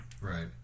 Right